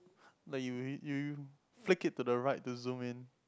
like you already you you flick it to the right to zoom in